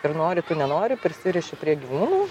ir nori tu nenori prisiriši prie gyvūnų